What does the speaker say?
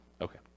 Okay